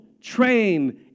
trained